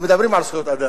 ומדברים על זכויות אדם.